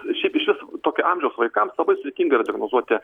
šiaip iš vis tokio amžiaus vaikams labai sudėtinga yra diagnozuoti